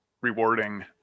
rewarding